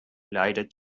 leidet